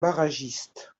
barragiste